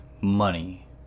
Money